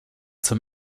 zum